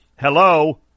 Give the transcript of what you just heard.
hello